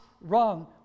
wrong